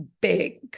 big